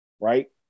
right